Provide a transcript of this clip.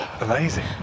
Amazing